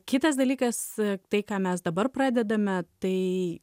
kitas dalykas tai ką mes dabar pradedame tai